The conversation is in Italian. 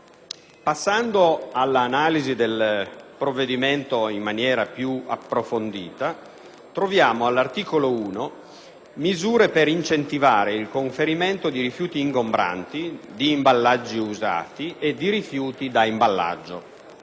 Passando all'analisi del provvedimento in maniera più approfondita, troviamo all'articolo 1 misure per incentivare il conferimento di rifiuti ingombranti, di imballaggi usati e di rifiuti da imballaggio.